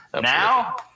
Now